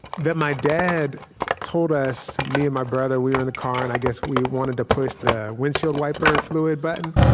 that my dad told us, me and my brother, we were in the car, and i guess we wanted to push the windshield wiper fluid button.